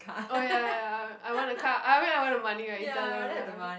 oh ya ya I want the car I mean I want the money right you tell them lah